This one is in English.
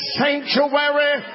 sanctuary